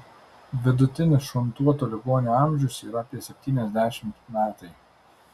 vidutinis šuntuotų ligonių amžius yra apie septyniasdešimt metai